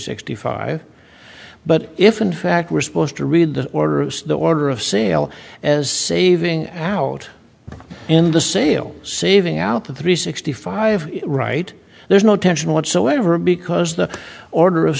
sixty five but if in fact we're supposed to read the order of the order of sale as saving out in the sale saving out the three sixty five right there's no tension whatsoever because the order of